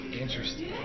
Interesting